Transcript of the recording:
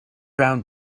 brown